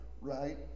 right